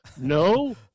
no